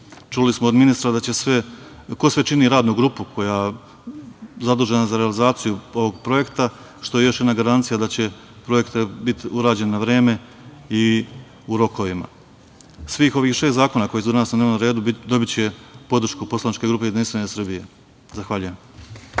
Čuli smo od ministra ko sve čini radnu grupu koja je zadužena za realizaciju ovog projekta, što je još jedna garancija da će projekat biti urađen na vreme i u rokovima. Svih ovih šest zakona koji su danas na dnevnom redu dobiće podršku Poslaničke grupe Jedinstvene Srbije. Zahvaljujem.